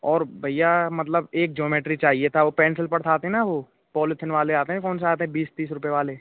और भइया मतलब एक जोमेट्री चाहिए था वो पेंसिल पर्स आती ना वो पॉलिथीन वाले आते हैं कौन से आते हैं बीस तीस रुपए वाले